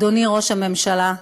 אדוני ראש הממשלה,